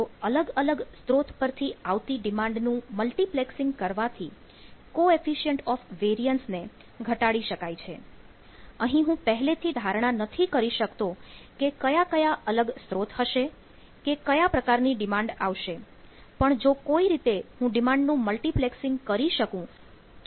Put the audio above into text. તો અલગ અલગ સ્ત્રોત પરથી આવતી ડિમાન્ડનું મલ્ટિપ્લેક્સિંગ કરવાથી કોએફિશિયન્ટ ઓફ઼ વેરિયન્સ એ લગભગ સરખા છે